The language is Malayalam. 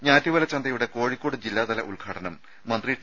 ഞാറ്റുവേല ചന്തയുടെ കോഴിക്കോട് ജില്ലാതല ഉദ്ഘാടനം മന്ത്രി ടി